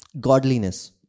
godliness